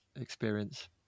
experience